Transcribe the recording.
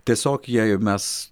tiesiog jei mes